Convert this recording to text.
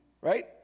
right